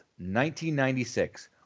1996